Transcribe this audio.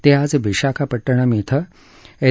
ते आज विशाखापट्टणम कें एन